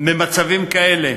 ממצבים כאלה?